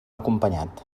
acompanyat